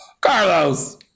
Carlos